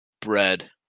bread